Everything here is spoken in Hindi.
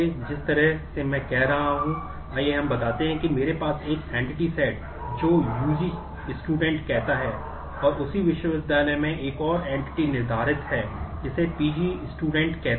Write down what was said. जनरलिज़शन पदानुक्रम कहते हैं